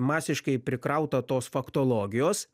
masiškai prikrauta tos faktologijos